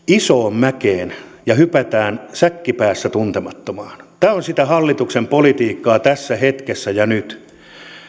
isoon mäkeen ja hypätään säkki päässä tuntemattomaan tämä on sitä hallituksen politiikkaa tässä hetkessä ja nyt